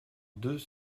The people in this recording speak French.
deux